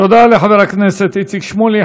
תודה רבה לחבר הכנסת איציק שמולי.